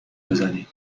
بزنی